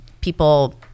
People